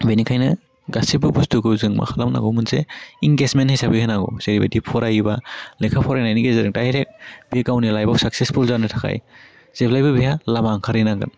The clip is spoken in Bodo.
बेनिखायनो गासिबो बुस्टुखौ जों मा खालामनांगौ मोनसे इंगेसमेन्ट हिसाबै होनांगौ जेरैबायदि फरायोबा लेखा फरायनाइनि गेजेरजों दाइरेक बे गावनि लाइफाव साक्सेसफुल जानो थाखाइ जेब्लायबो बेहा लामा ओंखार हैनांगोन